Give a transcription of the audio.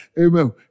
Amen